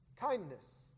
kindness